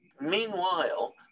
meanwhile